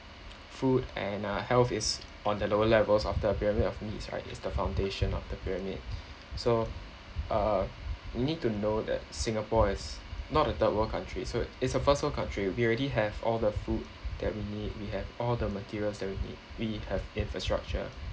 food and uh health is on the lower levels of the pyramid of needs right is the foundation of the pyramid so uh you need to know that singapore is not a third world country so it's a first world country we already have all the food that we need we have all the materials that we need we have infrastructure